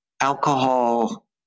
Alcohol